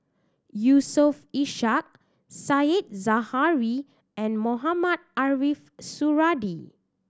Yusof Ishak Said Zahari and Mohamed Ariff Suradi